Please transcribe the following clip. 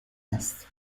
است